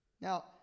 Now